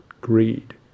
greed